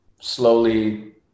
slowly